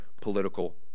political